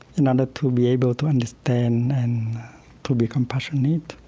and and to be able to understand and to be compassionate.